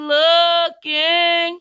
looking